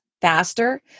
faster